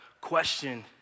question